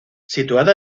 situada